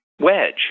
wedge